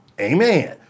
Amen